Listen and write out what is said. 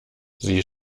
sie